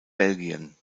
belgien